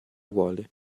vuole